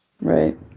Right